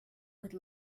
could